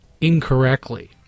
incorrectly